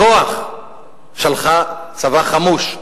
בכוח שלחה צבא חמוש,